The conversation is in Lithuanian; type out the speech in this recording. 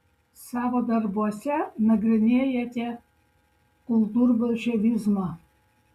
savo darbuose nagrinėjate kultūrbolševizmą